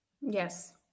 Yes